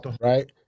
right